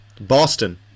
Boston